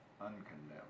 uncondemned